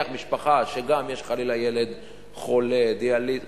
נניח משפחה שגם יש בה חלילה ילד חולה דיאליזה,